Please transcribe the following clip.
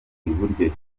iburyo